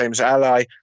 ally